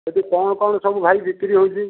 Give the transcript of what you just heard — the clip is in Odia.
ସେଠି କଣ କଣ ସବୁ ଭାଇ ବିକ୍ରି ହେଉଛି